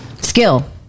Skill